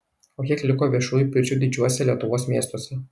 o kiek liko viešųjų pirčių didžiuose lietuvos miestuose